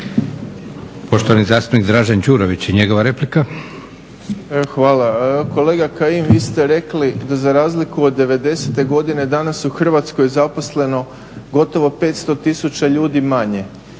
Poštovani zastupnik Dražen Đurović i njegova replika. **Đurović, Dražen (HDSSB)** E hvala. Kolega Kajin, vi ste rekli da za razliku od devedesete godine danas u Hrvatskoj zaposleno gotovo 500000 ljudi manje.